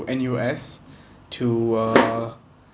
N_U_S to uh